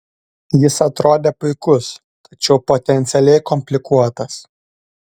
jis atrodė puikus tačiau potencialiai komplikuotas